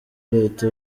leta